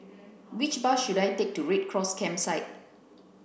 which bus should I take to Red Cross Campsite